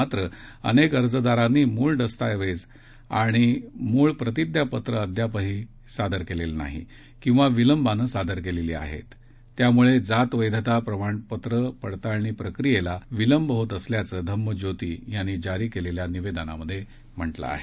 मात्र अनेक अर्जदारांनी मूळ दस्ताऐवज आणि मूळ प्रतिज्ञापत्र अद्यापही सादर केलेलं नाही किंवा विलंबानं सादर केली आहेत त्यामुळे जात वैधता प्रमाणपत्र पडताळणी प्रक्रियेला विलंब होत असल्याचं धम्मज्योती यांनी जारी केलेल्या निवेदनात म्हटलं आहे